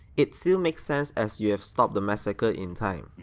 it still make sense as you've stop the massacre in time,